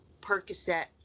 Percocet